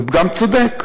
פגם צודק.